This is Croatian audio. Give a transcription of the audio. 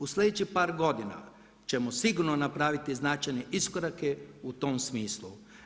U slijedećih par godina ćemo sigurno napraviti značajne iskorake u tom smislu.